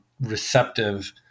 receptive